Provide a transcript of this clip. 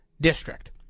District